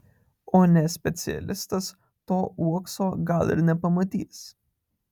o ne specialistas to uokso gal ir nepamatys